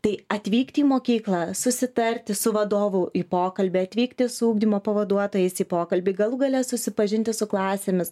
tai atvykti į mokyklą susitarti su vadovu į pokalbį atvykti su ugdymo pavaduotojais į pokalbį galų gale susipažinti su klasėmis